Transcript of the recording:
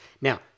Now